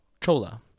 Chola